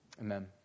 Amen